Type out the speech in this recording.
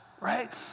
right